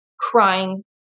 crying